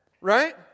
Right